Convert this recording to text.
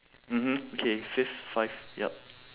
mmhmm okay fifth five yup